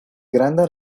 grandaj